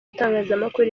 itangazamakuru